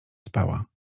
spała